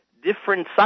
Different